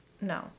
No